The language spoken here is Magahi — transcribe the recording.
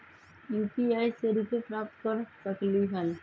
यू.पी.आई से रुपए प्राप्त कर सकलीहल?